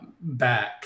back